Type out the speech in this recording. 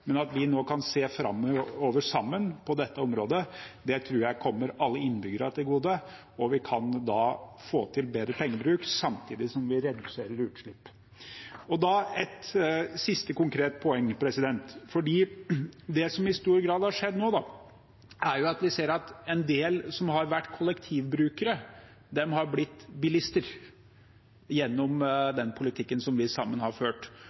Men at vi nå kan se framover sammen på dette området, tror jeg kommer alle innbyggerne til gode. Vi kan da få til bedre pengebruk samtidig som vi reduserer utslipp. Et siste, konkrete poeng: Det som i stor grad har skjedd nå, er at en del av dem som har vært kollektivbrukere, har blitt bilister gjennom den politikken som vi sammen har ført,